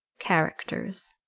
characters.